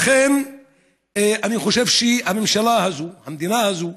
לכן אני חושב שהממשלה הזאת, המדינה הזאת,